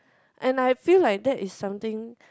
and I feel like that is something